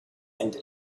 and